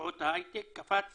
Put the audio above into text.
מקצועות ההי-טק, קפץ